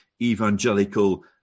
evangelical